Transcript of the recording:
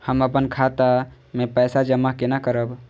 हम अपन खाता मे पैसा जमा केना करब?